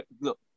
Look